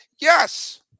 Yes